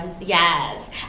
yes